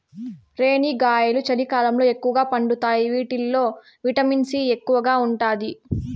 రేణిగాయాలు చలికాలంలో ఎక్కువగా పండుతాయి వీటిల్లో విటమిన్ సి ఎక్కువగా ఉంటాది